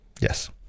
Yes